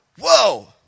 whoa